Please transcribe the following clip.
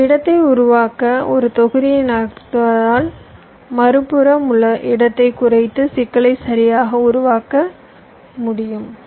இங்கு இடத்தை உருவாக்க ஒரு தொகுதியை நகர்த்துவதால் மறுபுறம் உள்ள இடத்தை குறைத்து சிக்கலை சரியாக உருவாக்க முடியும்